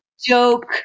joke